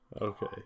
Okay